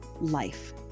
life